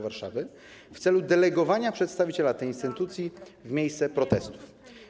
Warszawy w celu delegowania przedstawiciela tej instytucji na miejsce protestów.